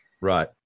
Right